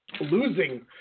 losing